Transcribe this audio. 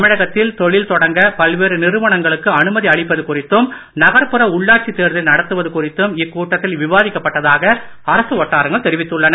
தமிழகத்தில் தொழில் தொடங்க பல்வேறு நிறுவனங்களுக்கு அனுமதி அளிப்பது குறித்தும் நகர்புற உள்ளாட்சி தேர்தலை நடத்துவது குறித்தும் இக்கூட்டத்தில் விவாதிக்கப்பட்டதாக அரசு வட்டாரங்கள் தெரிவித்துள்ளன